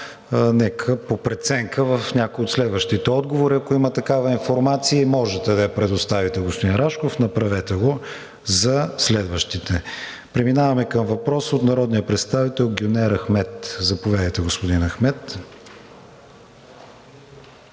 нека по преценка в някой от следващите отговори, ако има такава информация, можете да я предоставите, господин Рашков, направете го за следващите. Преминаваме към въпрос от народния представител Гюнер Ахмед. Заповядайте, господин Ахмед.